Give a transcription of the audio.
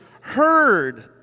heard